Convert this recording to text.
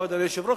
אדוני היושב-ראש,